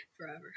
forever